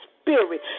spirit